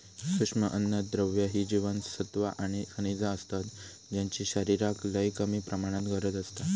सूक्ष्म अन्नद्रव्य ही जीवनसत्वा आणि खनिजा असतत ज्यांची शरीराक लय कमी प्रमाणात गरज असता